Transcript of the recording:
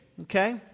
okay